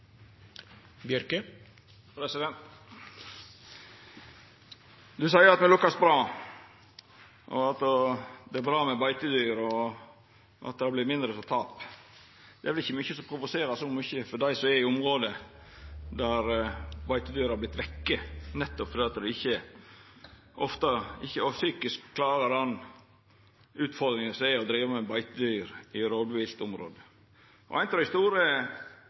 bra med beitedyr, og at det har vorte mindre tap. Det er vel ikkje mykje som provoserer så mykje for dei som er i område der beitedyra har vorte vekk, nettopp fordi ein ofte ikkje psykisk klarer den utfordringa det er å driva med beitedyr i rovviltområde. Ei av dei store kampsakene og utfordringane som eg trur gjer at konfliktar vert auka, er